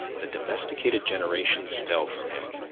the domesticated generations fell from him.